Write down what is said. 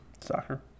soccer